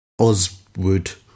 Oswood